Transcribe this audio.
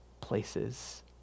places